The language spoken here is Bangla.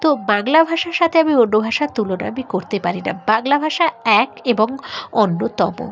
তো বাংলা ভাষার সাথে আমি অন্য ভাষার তুলনা আমি করতে পারি না বাংলা ভাষা এক এবং অন্যতম